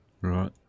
Right